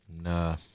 Nah